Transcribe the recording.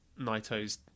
Naito's